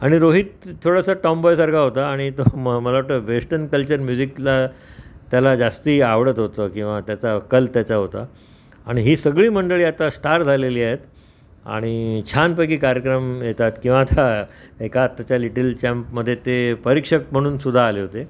आणि रोहित थोडासा टॉम्बॉयसारखा होता आणि तो म मला वाटतं वेस्टर्न कल्चर म्युझिकला त्याला जास्ती आवडत होतं किंवा त्याचा कल त्याचा होता आणि ही सगळी मंडळी आता स्टार झालेली आहेत आणि छानपैकी कार्यक्रम येतात किंवा आता एका आताच्या लिटील चॅम्पमधे ते परीक्षक म्हणूनसुद्धा आले होते